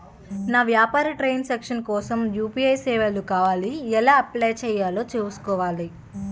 నా వ్యాపార transaction కోసం యు.పి.ఐ సేవలు కావాలి ఎలా అప్లయ్ చేసుకోవాలి?